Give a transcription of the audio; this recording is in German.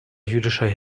jüdischer